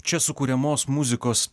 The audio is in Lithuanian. čia sukuriamos muzikos